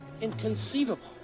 Inconceivable